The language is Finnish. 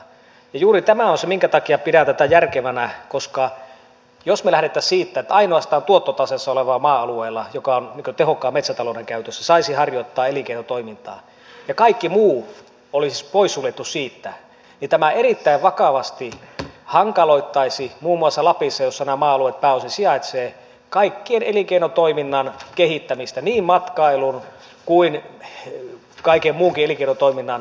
ja juuri tämä on se minkä takia pidän tätä järkevänä koska jos me lähtisimme siitä että ainoastaan tuottotaseessa olevalla maa alueella joka on tehokkaan metsätalouden käytössä saisi harjoittaa elinkeinotoimintaa ja kaikki muu olisi suljettu pois siitä niin tämä erittäin vakavasti hankaloittaisi muun muassa lapissa missä nämä maa alueet pääosin sijaitsevat kaiken elinkeinotoiminnan kehittämistä niin matkailun kuin kaiken muunkin elinkeinotoiminnan kehittämistä